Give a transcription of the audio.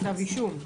כתב אישום?